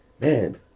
man